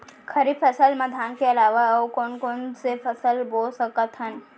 खरीफ फसल मा धान के अलावा अऊ कोन कोन से फसल बो सकत हन?